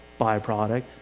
byproduct